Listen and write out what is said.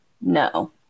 No